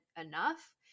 enough